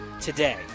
today